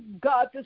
God